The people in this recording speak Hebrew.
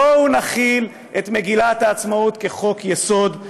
בואו נחיל את מגילת העצמאות כחוק-יסוד.